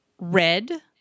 Red